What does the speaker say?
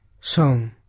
song